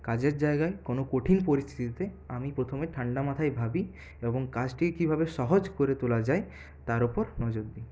কাজের জায়গায় কোনো কঠিন পরিস্থিতিতে আমি প্রথমে ঠান্ডা মাথায় ভাবি এবং কাজটি কীভাবে সহজ করে তোলা যায় তার উপর নজর দিই